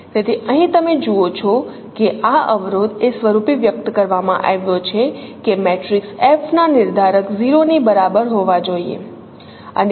તેથી અહીં તમે જુઓ છો કે આ અવરોધ એ સ્વરૂપે વ્યક્ત કરવામાં આવ્યો છે કે મેટ્રિક્સ F ના નિર્ધારક 0 ની બરાબર હોવા જોઈએ